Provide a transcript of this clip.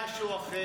החשש הוא אחר.